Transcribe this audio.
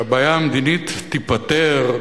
שהבעיה המדינית תיפתר,